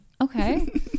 Okay